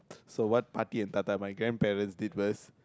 so what pati and tata my grandparents did what